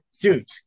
dude